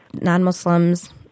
non-Muslims